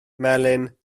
melin